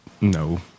No